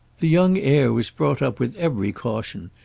the young heir was brought up with every caution,